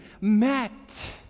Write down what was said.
met